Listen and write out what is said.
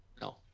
no